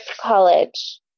college